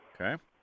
Okay